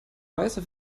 weiße